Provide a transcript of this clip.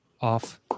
off